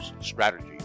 strategy